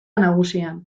nagusian